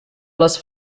les